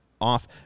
off